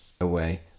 away